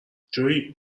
جویی